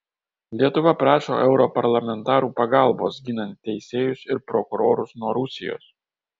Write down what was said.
lietuva prašo europarlamentarų pagalbos ginant teisėjus ir prokurorus nuo rusijos